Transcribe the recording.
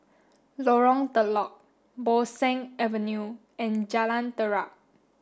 Lorong Telok Bo Seng Avenue and Jalan Terap